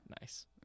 Nice